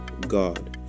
God